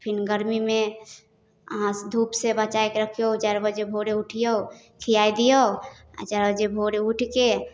फेर गरमीमे अहाँ धूपसँ बचैके रखिऔ चारि बजे भोरे उठिऔ खिआइ दिऔ आओर चारि बजे भोरे उठिके